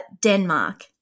denmark